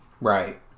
Right